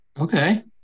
Okay